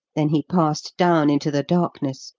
then he passed down into the darkness,